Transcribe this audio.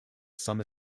summer